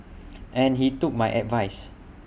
and he took my advice